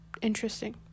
interesting